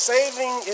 Saving